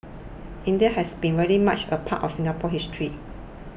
India has been very much a part of Singapore's history